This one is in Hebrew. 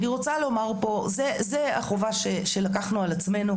אני רוצה לומר פה, זו החובה שלקחנו על עצמנו.